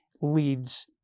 leads